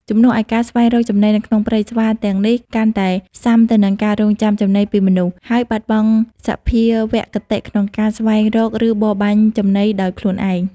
ជំនួសឱ្យការស្វែងរកចំណីនៅក្នុងព្រៃ សត្វទាំងនេះកាន់តែស៊ាំទៅនឹងការរង់ចាំចំណីពីមនុស្ស ហើយបាត់បង់សភាវគតិក្នុងការស្វែងរក ឬបរបាញ់ចំណីដោយខ្លួនឯង។